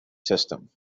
system